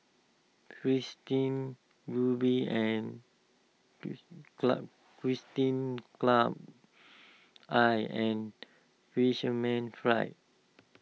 Fristine and club Fristine Club I and Fisherman's Friend